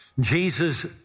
Jesus